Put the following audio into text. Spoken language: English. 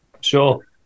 sure